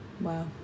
Wow